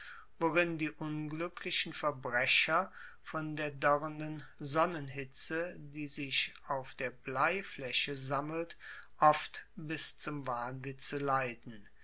worin die unglücklichen verbrecher von der dörrenden sonnenhitze die sich auf der bleifläche sammelt oft bis zum wahnwitze leiden